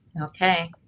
okay